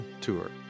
Tour